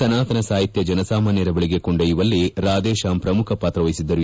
ಸನಾತನ ಸಾಹಿತ್ಯವನ್ನು ಜನಸಾಮಾನ್ಚರ ಬಳಿಗೆ ಕೊಂಡ್ಡೊಯ್ಚುವಲ್ಲಿ ರಾಧೇಶಾಮ್ ಪ್ರಮುಖ ಪಾತ್ರ ವಹಿಸಿದ್ದರು